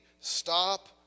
Stop